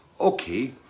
okay